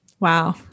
Wow